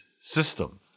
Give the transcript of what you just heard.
system